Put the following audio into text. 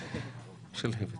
(היו"ר סעיד אלחרומי)